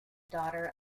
daughter